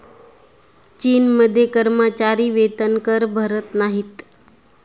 चीनमध्ये कर्मचारी वेतनकर भरत नाहीत